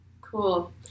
cool